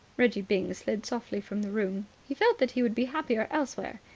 reggie byng slid softly from the room. he felt that he would be happier elsewhere.